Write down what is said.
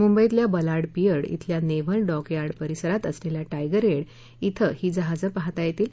मुंबईतल्या Ballard pier शिल्या naval dockyard परिसरात असलेल्या टायगर गेट शिं ही जहाजं पाहता येतील